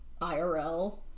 IRL